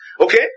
Okay